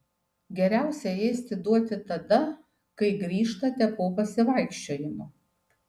geriausia ėsti duoti tada kai grįžtate po pasivaikščiojimo